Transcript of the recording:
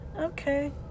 okay